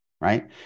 right